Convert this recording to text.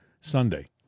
Sunday